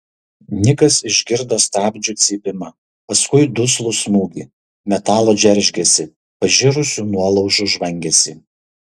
nikas išgirdo stabdžių cypimą paskui duslų smūgį metalo džeržgesį pažirusių nuolaužų žvangesį